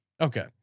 Okay